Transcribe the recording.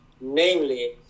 Namely